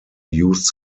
used